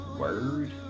Word